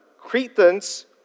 Cretans